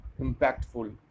impactful